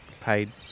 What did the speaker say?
paid